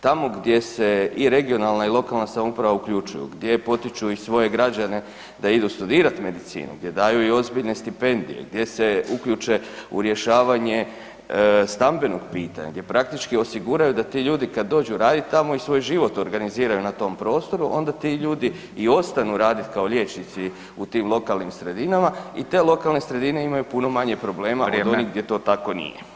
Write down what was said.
Tamo gdje se i regionalna i lokalna samouprava uključuju, gdje potiču i svoje građane da idu studirat medicinu, gdje daju i ozbiljne stipendije, gdje se uključe u rješavanje stambenog pitanja, gdje praktički osiguraju da ti ljudi kad dođu radit tamo i svoj život organiziraju na tom prostoru onda ti ljudi i ostanu radit kao liječnici u tim lokalnim sredinama i te lokalne sredine imaju puno manje problema [[Upadica: Vrijeme]] od onih gdje to tako nije.